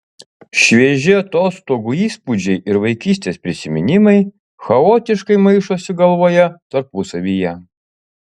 švieži atostogų įspūdžiai ir vaikystės prisiminimai chaotiškai maišosi galvoje tarpusavyje